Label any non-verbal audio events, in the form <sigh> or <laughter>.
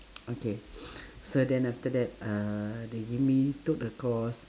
okay <breath> so then after that uh they give me took the course